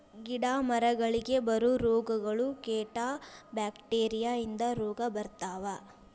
ಗಿಡಾ ಮರಗಳಿಗೆ ಬರು ರೋಗಗಳು, ಕೇಟಾ ಬ್ಯಾಕ್ಟೇರಿಯಾ ಇಂದ ರೋಗಾ ಬರ್ತಾವ